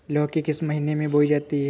लौकी किस महीने में बोई जाती है?